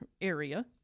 area